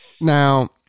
Now